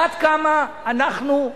עד כמה אנחנו,